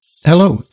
Hello